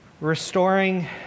Restoring